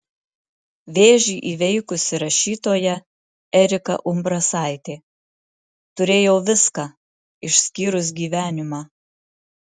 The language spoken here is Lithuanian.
vėžį įveikusi rašytoja erika umbrasaitė turėjau viską išskyrus gyvenimą